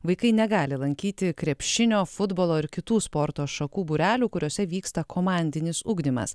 vaikai negali lankyti krepšinio futbolo ir kitų sporto šakų būrelių kuriuose vyksta komandinis ugdymas